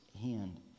hand